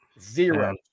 zero